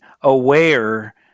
aware